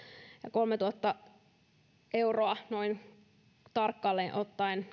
kolmetuhatta euroa tarkalleen ottaen